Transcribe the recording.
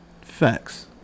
Facts